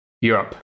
Europe